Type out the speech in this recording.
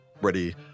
ready